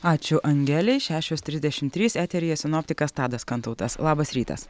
ačiū angelei šešios trisdešim trys eteryje sinoptikas tadas kantautas labas rytas